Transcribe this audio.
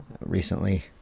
recently